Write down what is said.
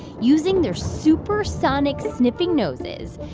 using their supersonic-sniffing noses,